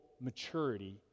maturity